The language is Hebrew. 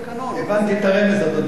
הבנתי את הרמז, אדוני השר.